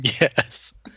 Yes